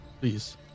please